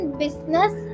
business